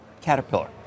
Caterpillar